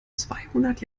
zweihundert